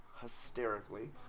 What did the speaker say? hysterically